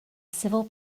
civil